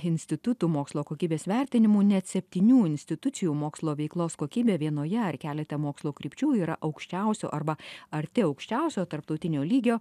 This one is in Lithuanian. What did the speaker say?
institutų mokslo kokybės vertinimu net septynių institucijų mokslo veiklos kokybė vienoje ar kelete mokslo krypčių yra aukščiausio arba arti aukščiausio tarptautinio lygio